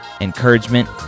encouragement